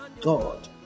God